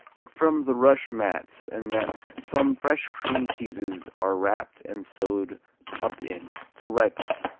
but from the rush mats and nets some fresh cream cheeses are wrapped and sewed up in to ripen.